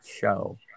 Show